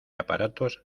aparatos